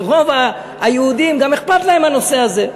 ורוב היהודים גם אכפת להם הנושא הזה,